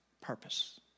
purpose